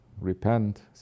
repent